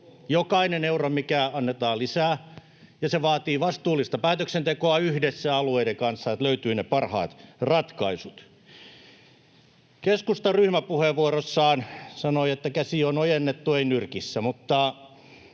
jokainen euro, mikä annetaan lisää. Se vaatii vastuullista päätöksentekoa yhdessä alueiden kanssa, että löytyy ne parhaat ratkaisut. Keskusta ryhmäpuheenvuorossaan sanoi, että käsi on ojennettu, ei nyrkissä, mutta